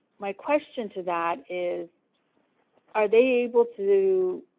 my question to that is are they able to?